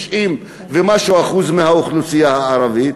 90% ומשהו מקולות האוכלוסייה הערבית,